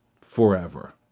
forever